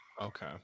Okay